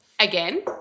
Again